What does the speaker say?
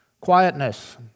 quietness